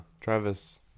Travis